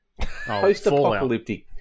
Post-apocalyptic